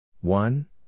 one